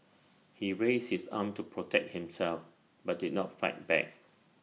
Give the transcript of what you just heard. he raised his arm to protect himself but did not fight back